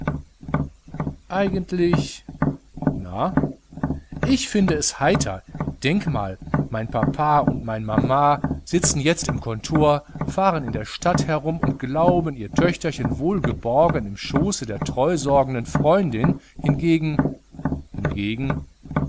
eigentlich na ich finde es heiter denk mal mein papa und mein mama sitzen jetzt im kontor fahren in der stadt herum und glauben ihr töchterchen wohlgeborgen im schoße der treusorgenden freundin hingegen hingegen